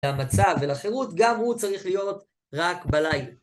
למצב ולחירות גם הוא צריך להיות רק בלילה.